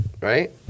right